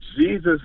Jesus